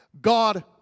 God